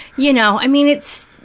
you know, i mean, it's